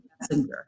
messenger